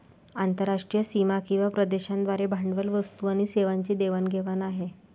आंतरराष्ट्रीय सीमा किंवा प्रदेशांद्वारे भांडवल, वस्तू आणि सेवांची देवाण घेवाण आहे